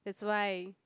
that's why